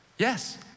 Yes